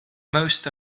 most